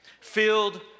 filled